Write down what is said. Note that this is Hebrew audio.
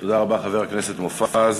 תודה רבה, חבר הכנסת מופז.